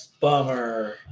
bummer